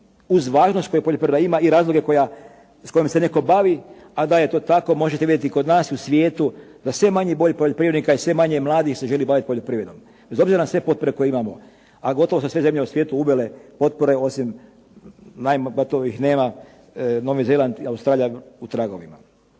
uz važnost koju poljoprivreda ima i razloge s kojim se netko bavi. A da je to tako možete vidjeti i kod nas i u svijetu da sve manji broj poljoprivrednika je sve manje mladih se želi baviti poljoprivredom. Bez obzira na sve potpore koje imamo, a gotovo su sve zemlje u svijetu uvele potpore osim, gotovo ih nema, Novi Zeland i Australija u tragovima.